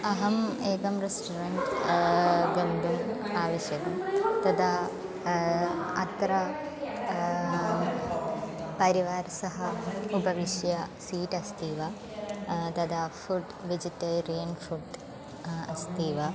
अहम् एकं रेस्टोरेण्ट् गन्तुं आवश्यकम् तदा अत्र परिवारेण सह उपविश्य सीट् अस्ति वा तदा फ़ुड् वेजिटेरियन् फ़ुड् अस्ति वा